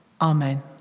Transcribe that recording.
Amen